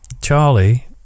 Charlie